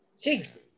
Jesus